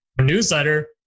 newsletter